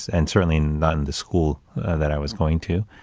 and certainly not in the school that i was going to,